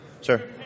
Sure